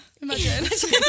Imagine